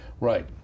Right